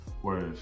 whereas